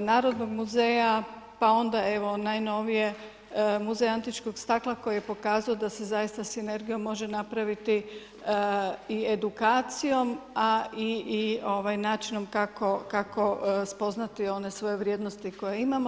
Narodnog muzeja, pa onda evo najnovije Muze antičkog stakla koji je pokazao da se zaista sinergijom može napraviti i edukacijom a i načinom kako spoznati one svoje vrijednosti koje imamo.